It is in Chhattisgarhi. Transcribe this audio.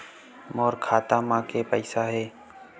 मोर खाता म के पईसा हे?